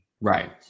right